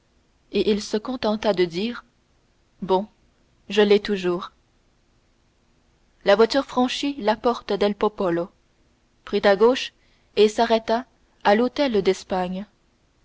et il se contenta de dire bon je l'ai toujours la voiture franchit la porte del popolo prit à gauche et s'arrêta à l'hôtel d'espagne